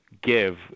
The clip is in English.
give